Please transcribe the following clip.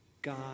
God